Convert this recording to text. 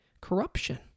corruption